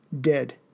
dead